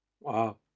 Wow